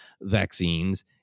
vaccines